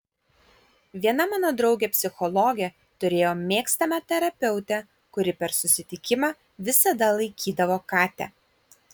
viena mano draugė psichologė turėjo mėgstamą terapeutę kuri per susitikimą visada laikydavo katę